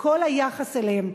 בכל היחס אליהם.